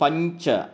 पञ्च